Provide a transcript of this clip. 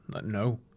No